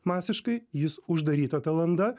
masiškai jis uždaryta ta landa